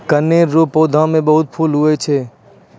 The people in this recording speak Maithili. कनेर रो पौधा मे पीला फूल बहुते हुवै छै